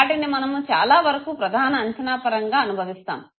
వాటిని మనము చాలా వరకు ప్రధాన అంచనా పరంగా అనుభవిస్తాము